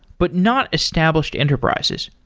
but not established enterprises.